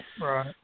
Right